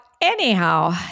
anyhow